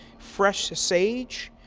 fresh sage,